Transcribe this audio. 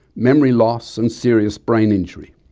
memory loss and serious brain injury.